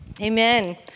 Amen